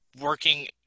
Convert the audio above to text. working